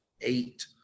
eight